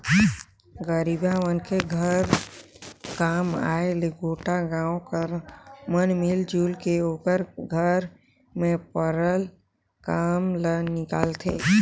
गरीबहा मनखे घर काम आय ले गोटा गाँव कर मन मिलजुल के ओकर घर में परल काम ल निकालथें